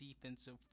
defensive